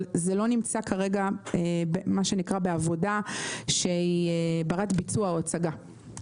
זה לא נמצא כרגע בעבודה שהיא ברת ביצוע או הצגה,